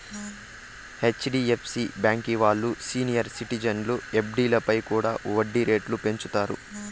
HDFC బాంకీ ఓల్లు senior సిటిజన్ల ఎఫ్డీలపై కూడా ఒడ్డీ రేట్లు పెంచినారు